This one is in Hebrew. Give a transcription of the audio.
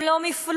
הם לא מפלגה,